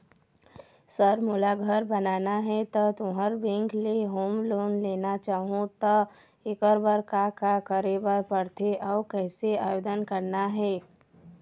Sir मोला घर बनाना हे ता तुंहर बैंक ले होम लोन लेना चाहूँ ता एकर बर का का करे बर पड़थे अउ कइसे आवेदन करना हे?